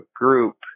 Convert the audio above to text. group